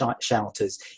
shelters